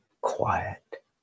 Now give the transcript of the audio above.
quiet